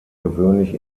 gewöhnlich